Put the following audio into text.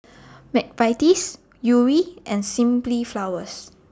Mcvitie's Yuri and Simply Flowers